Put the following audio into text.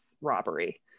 robbery